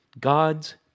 God's